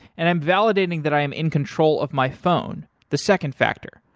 and i'm validating that i am in control of my phone the second factor,